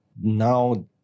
now